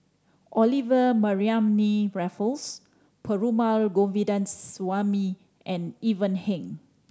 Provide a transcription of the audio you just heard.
Olivia Mariamne Raffles Perumal Govindaswamy and Ivan Heng